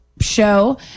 show